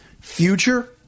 future